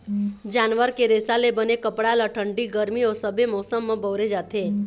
जानवर के रेसा ले बने कपड़ा ल ठंडी, गरमी अउ सबे मउसम म बउरे जाथे